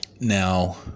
now